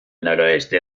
noroeste